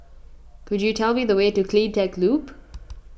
could you tell me the way to CleanTech Loop